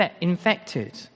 infected